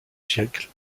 siècle